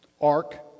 ark